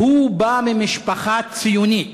הוא בא ממשפחה ציונית,